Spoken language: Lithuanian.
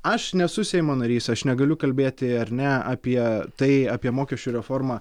aš nesu seimo narys aš negaliu kalbėti ar ne apie tai apie mokesčių reformą